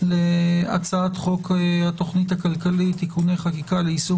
להצעת חוק התוכנית הכלכלית (תיקוני חקיקה ליישום